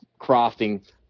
crafting